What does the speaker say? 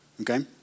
Okay